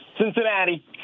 Cincinnati